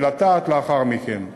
ולטעת לאחר מכן.